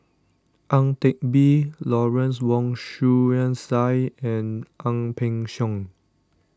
Ang Teck Bee Lawrence Wong Shyun Tsai and Ang Peng Siong